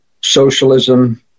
socialism